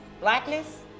blackness